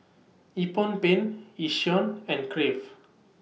Nippon Paint Yishion and Crave